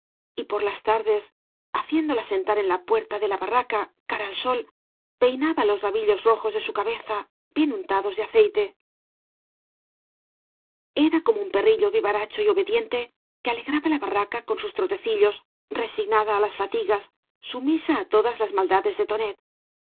y por las tardes haciéndola sentar en la puerta de la barraca cara al sol peinaba les rabillos rojos de su cabeza bien untados de aceite era como un perrillo vivaracho y obediente que alegraba la barraca con sus trotecitcs resignada á las fatigas sumisa á todas las maldades de tonet